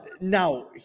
now